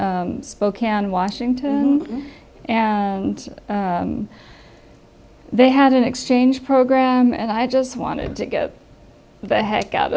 spokane washington and they had an exchange program and i just wanted to get the heck out